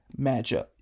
matchup